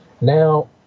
Now